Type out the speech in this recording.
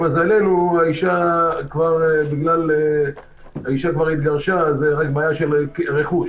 למזלנו, האישה כבר התגרשה ונותרה בעיה של רכוש.